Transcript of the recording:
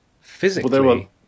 physically